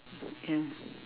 ya